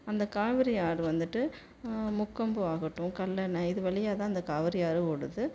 அந்த காவேரி ஆறு வந்துவிட்டு முக்கொம்பு ஆகட்டும் கல்லணை இது வழியாகதான் அந்த காவிரி ஆறு ஓடுது